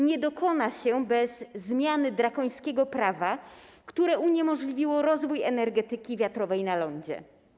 Nie dokona się bez zmiany drakońskiego prawa, które uniemożliwiło rozwój energetyki wiatrowej na lądzie.